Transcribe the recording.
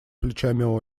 плечами